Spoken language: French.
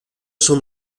son